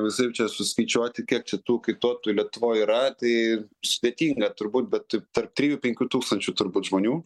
visaip čia suskaičiuoti kiek čia tų kaituotojų lietuvoj yra tai sudėtinga turbūt bet taip tarp trijų penkių tūkstančių turbūt žmonių